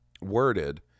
worded